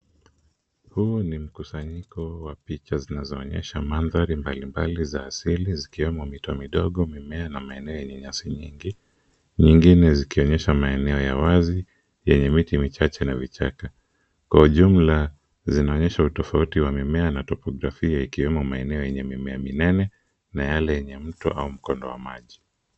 Huu ni mkusanyiko wa picha zinazoonyesha mandhari mbalimbali za asili zikiwemo mito midogo, mimea na maeneo yenye nyasi nyingi. Nyingine zinaonyesha maeneo ya wazi yenye miti michache na vichaka. Kwa ujumla, zinaonyesha utofauti wa mimea na tofauti iliyo ikiwemo maeneo yenye mimea minene na yale yenye mtu au mkondo wa maji.